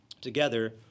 together